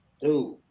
dude